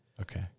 Okay